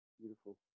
Beautiful